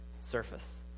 surface